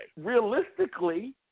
Realistically